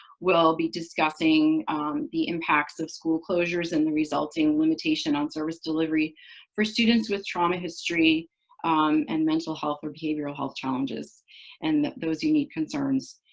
will be discussing the impacts of school closures and the resulting limitation on service delivery for students with trauma history and mental health or behavioral health challenges and those unique concerns.